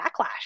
backlash